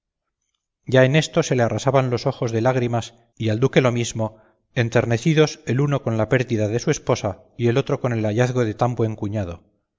ya en esto se le arrasaban los ojos de lágrimas y al duque lo mismo enternecidos el uno con la pérdida de su esposa y el otro con el hallazgo de tan buen cuñado